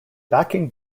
backing